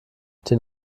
den